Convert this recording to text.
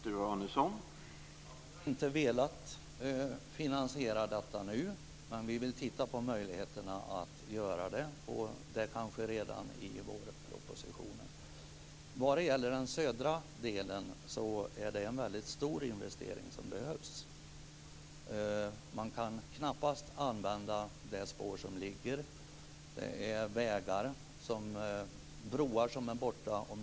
Herr talman! Vi har inte velat finansiera detta nu, men vi vill titta på möjligheterna att göra det, och det kanske redan i vårpropositionen. Det är en mycket stor investering som skulle behövas i den södra delen. Man kan knappast använda det spår som ligger. Broar och mycket annat är borta.